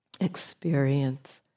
experience